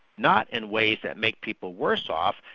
not in ways that make people worse off,